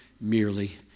merely